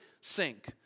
sink